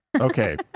Okay